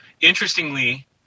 interestingly